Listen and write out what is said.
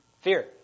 Fear